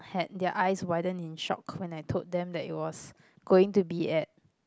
had their eyes widen in shock when I told them that it was going to be at